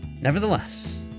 nevertheless